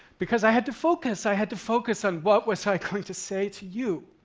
because i had to focus. i had to focus on, what was i going to say to you?